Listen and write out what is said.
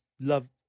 love